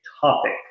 topic